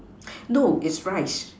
no it's rice